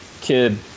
kid